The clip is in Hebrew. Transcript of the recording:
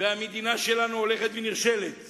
והמדינה שלנו הולכת ונכשלת